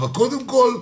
אבל קודם כל,